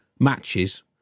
matches